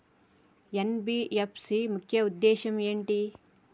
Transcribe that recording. NBFC ముఖ్య ఉద్దేశం ఏంటి?